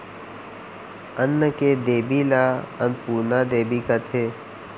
अन्न के देबी ल अनपुरना देबी कथें